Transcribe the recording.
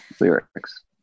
lyrics